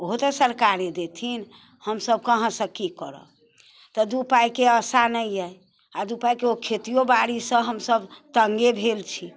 ओहो तऽ सरकारे देथिन हमसब कहाँसँ की करब तऽ दू पाइके आशा नहि अइ आओर दू पाइके ओ खेतियो बाड़ीसँ हमसब तङ्गे भेल छी